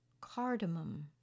cardamom